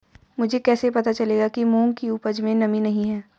मुझे कैसे पता चलेगा कि मूंग की उपज में नमी नहीं है?